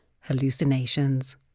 hallucinations